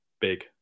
big